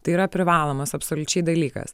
tai yra privalomas absoliučiai dalykas